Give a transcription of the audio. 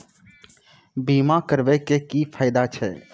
बीमा कराबै के की फायदा छै?